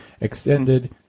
extended